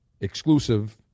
exclusive